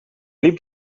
liep